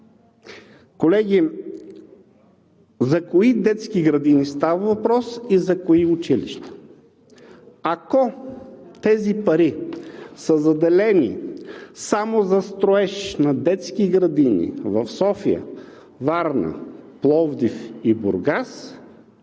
Колеги, за кои детски градини става въпрос и за кои училища? Ако тези пари са заделени само за строеж на детски градини в София, Варна, Пловдив и Бургас,